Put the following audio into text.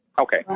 Okay